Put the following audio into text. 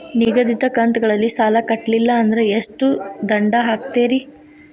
ನಿಗದಿತ ಕಂತ್ ಗಳಲ್ಲಿ ಸಾಲ ಕಟ್ಲಿಲ್ಲ ಅಂದ್ರ ಎಷ್ಟ ದಂಡ ಹಾಕ್ತೇರಿ?